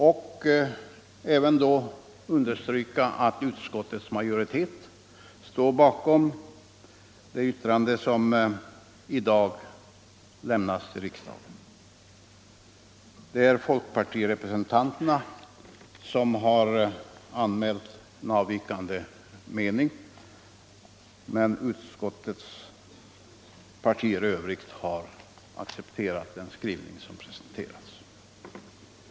Jag vill understryka att utskottets majoritet står bakom det yttrande som i dag lämnas till riksdagen. Folkpartirepresentanterna har anmält en avvikande mening men utskottets partier i övrigt har accepterat den skrivning som presenteras.